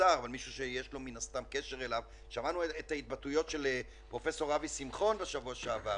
את ההתבטאויות של פרופסור אבי שמחון בשבוע שעבר,